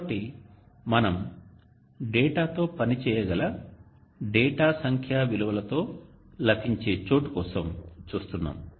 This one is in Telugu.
కాబట్టి మనం డేటాతో పని చేయగల డేటా సంఖ్యా విలువలతో లభించే చోటు కోసం చూస్తున్నాము